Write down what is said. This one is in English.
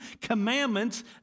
commandments